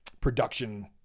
production